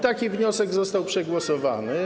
Taki wniosek został przegłosowany.